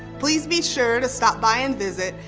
please be sure to stop by and visit.